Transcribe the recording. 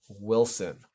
Wilson